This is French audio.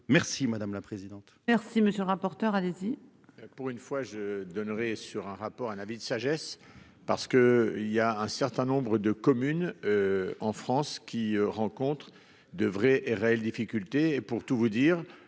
Merci madame la présidente.